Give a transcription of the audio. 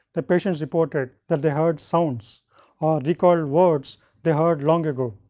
the patients reported that they heard sounds or recalled words they heard long ago.